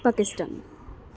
Pakistan